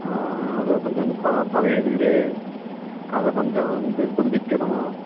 அது கொஞ்சம் வந்து பழைய வீடு அதை கொஞ்சம் வந்து புதுப்பிக்கணும்